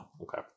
Okay